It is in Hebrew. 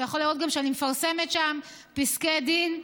יכול לראות גם שאני מפרסמת שם פסקי דין,